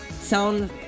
Sound